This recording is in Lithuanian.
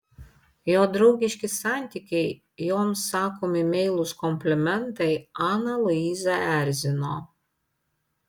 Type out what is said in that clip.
jo draugiški santykiai joms sakomi meilūs komplimentai aną luizą erzino